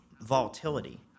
volatility